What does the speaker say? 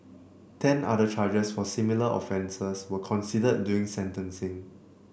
ten other charges for similar offences were considered during sentencing